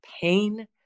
pain